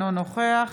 אינו נוכח